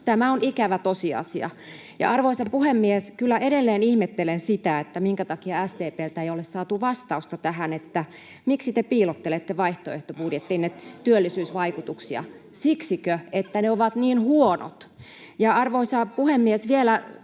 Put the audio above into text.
Tämä on ikävä tosiasia. Arvoisa puhemies! Kyllä edelleen ihmettelen sitä, minkä takia SDP:ltä ei ole saatu vastausta tähän, miksi te piilottelette vaihtoehtobudjettinne työllisyysvaikutuksia. Siksikö, että ne ovat niin huonot? [Aino-Kaisa Pekonen: Missä